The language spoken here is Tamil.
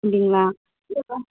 அப்படிங்களா